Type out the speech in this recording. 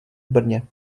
brně